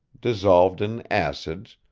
dissolved in acids,